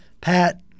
Pat